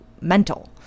mental